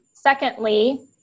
Secondly